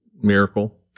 miracle